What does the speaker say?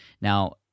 Now